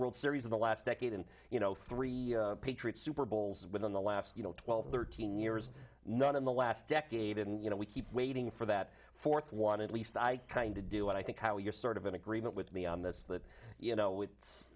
world series in the last decade and you know three patriots super bowls within the last you know twelve thirteen years none in the last decade and you know we keep waiting for that fourth wanted least i kind of do what i think how you're sort of in agreement with me on this that you know it's